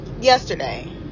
yesterday